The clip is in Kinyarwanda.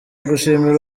gushimira